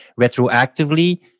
retroactively